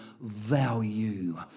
value